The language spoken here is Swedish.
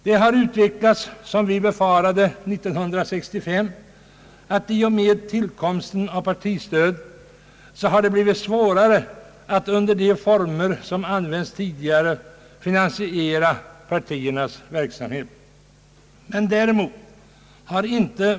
Det har utvecklats som vi befarade 1965, så att det i och med tillkomsten av partistödet har blivit svårare att under de former som använts tidigare finansiera partiernas verksamhet.